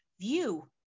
view